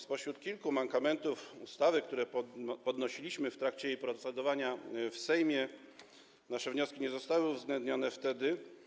Spośród kilku mankamentów ustawy, które wskazaliśmy w trakcie jej procedowania w Sejmie - nasze wnioski nie zostały uwzględnione wtedy.